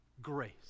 grace